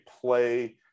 play –